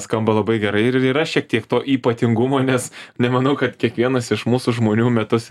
skamba labai gerai ir yra šiek tiek to ypatingumo nes nemanau kad kiekvienas iš mūsų žmonių metus